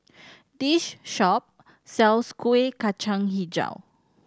this shop sells Kueh Kacang Hijau